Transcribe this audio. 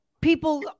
people